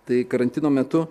tai karantino metu